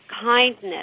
kindness